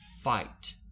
fight